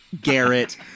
Garrett